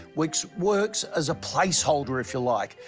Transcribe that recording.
which works as a place holder, if you like,